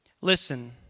Listen